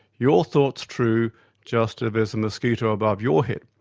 your thought's true just if there's a mosquito above your head.